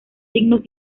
signos